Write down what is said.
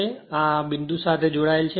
પરંતુ હવે આ બિંદુ અહીં જોડાયેલ છે